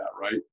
right